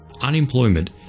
Unemployment